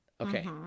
Okay